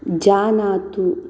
जानातु